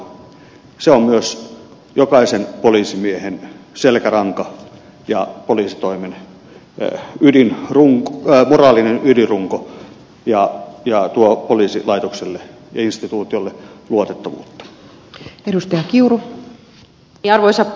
se on myös jokaisen poliisimiehen selkäranka ja poliisitoimen moraalinen ydinrunko ja tuo poliisilaitokselle ja instituutiolle luotettavuutta